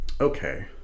Okay